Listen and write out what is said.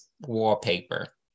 wallpaper